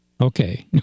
Okay